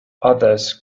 others